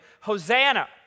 Hosanna